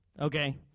okay